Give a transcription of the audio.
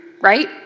right